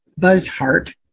Buzzhart